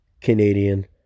Canadian